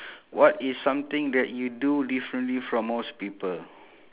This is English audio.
what is something that you do differently from most people